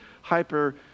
Hyper